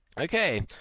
Okay